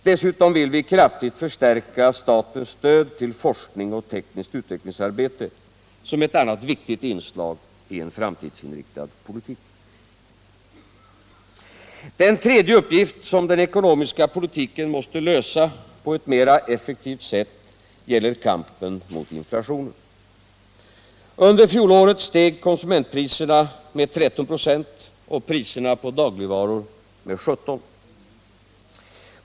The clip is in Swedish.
Dessutom vill vi kraftigt förstärka statens stöd till forskning och tekniskt utvecklingsarbete som ett annat viktigt inslag i en framtidsinriktad politik. Den tredje uppgiften som den ekonomiska politiken måste lösa på ett mera effektivt sätt gäller kampen mot inflationen. Under fjolåret steg konsumentpriserna med 13 96 och priserna på dagligvaror med 17 96.